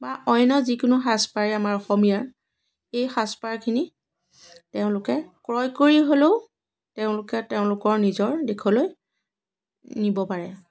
বা অন্য় যিকোনো সাজপাৰেই আমাৰ অসমীয়াৰ এই সাজপাৰখিনি তেওঁলোকে ক্ৰয় কৰি হ'লেও তেওঁলোকে তেওঁলোকৰ নিজৰ দেশলৈ নিব পাৰে